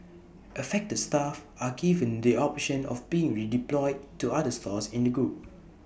affected staff are given the option of being redeployed to other stores in the group